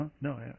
No